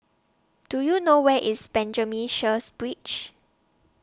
Do YOU know Where IS Benjamin Sheares Bridge